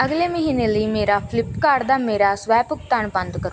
ਅਗਲੇ ਮਹੀਨੇ ਲਈ ਮੇਰਾ ਫਲਿੱਪਕਾਰਟ ਦਾ ਮੇਰਾ ਸਵੈ ਭੁਗਤਾਨ ਬੰਦ ਕਰੋ